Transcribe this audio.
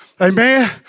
Amen